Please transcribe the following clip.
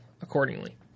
accordingly